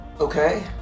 Okay